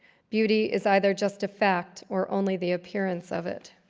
beauty is either just a fact or only the appearance of it.